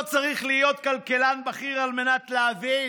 לא צריך להיות כלכלן בכיר על מנת להבין